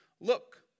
look